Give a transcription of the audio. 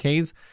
Ks